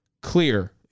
clear